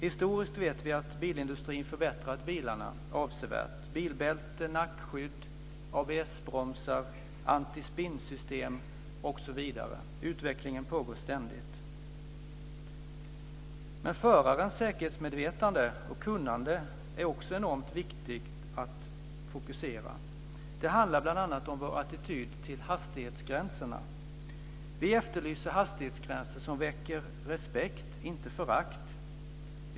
Historiskt sett vet vi att bilindustrin förbättrat bilarna avsevärt: bilbälte, nackskydd, ABS-bromsar, antispinnsystem osv. Utvecklingen fortgår ständigt. Det är också enormt viktigt att fokusera på förarens säkerhetsmedvetande och kunnande. Det handlar bl.a. om människors attityd till hastighetsgränserna. Vi efterlyser hastighetsgränser som väcker respekt, inte förakt.